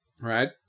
Right